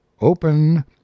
open